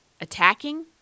attacking